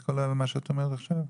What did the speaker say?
את כל מה שאת אומרת עכשיו?